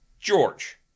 George